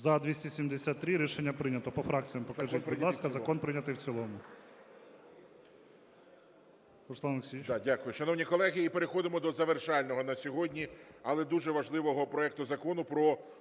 За-273 Рішення прийнято. По фракціям покажіть, будь ласка. Закон прийнятий в цілому.